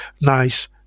nice